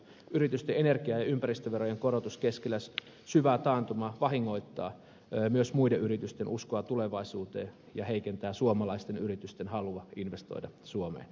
yritysten energia ja ympäristöverojen korotus keskellä syvää taantumaa vahingoittaa myös muiden yritysten uskoa tulevaisuuteen ja heikentää suomalaisten yritysten halua investoida suomeen